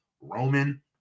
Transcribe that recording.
roman